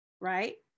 right